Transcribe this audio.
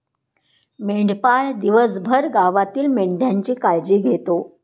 मेंढपाळ दिवसभर गावातील मेंढ्यांची काळजी घेतो